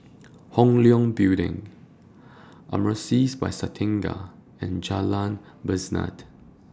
Hong Leong Building Amaris By Santika and Jalan Besut